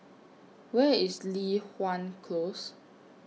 Where IS Li Hwan Close